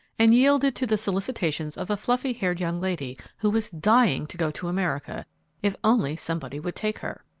and yielded to the solicitations of a fluffy-haired young lady who was dying to go to america if only somebody would take her,